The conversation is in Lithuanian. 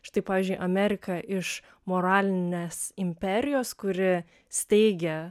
štai pavyzdžiui amerika iš moralinės imperijos kuri steigia